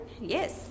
Yes